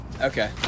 Okay